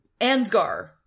Ansgar